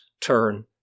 turn